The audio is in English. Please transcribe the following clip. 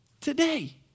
today